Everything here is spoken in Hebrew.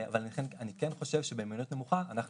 אבל אני כן חושב שבמיומנות נמוכה אנחנו